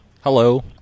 Hello